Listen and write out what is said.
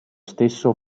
stesso